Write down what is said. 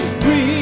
free